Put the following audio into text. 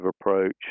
approach